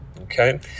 Okay